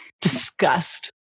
disgust